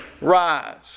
Rise